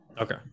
Okay